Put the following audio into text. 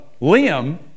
Liam